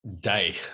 day